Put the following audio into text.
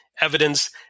evidence